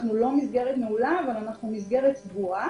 אנחנו לא מסגרת נעולה, אבל אנחנו מסגרת סגורה.